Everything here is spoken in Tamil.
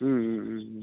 ம் ம் ம் ம்